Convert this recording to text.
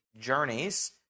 journeys